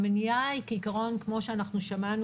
המניעה כפי ששמענו,